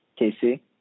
KC